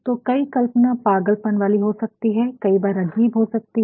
तो कई कल्पना पागलपन वाली हो सकती है कई बार अजीब सी हो सकती है